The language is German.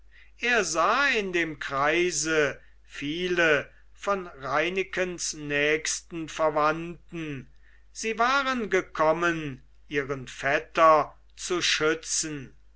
er sah in dem kreise viele von reinekens nächsten verwandten sie waren gekommen ihren vetter zu schützen